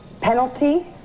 Penalty